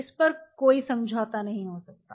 इस पर कोई समझौता नहीं हो सकता है